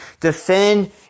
defend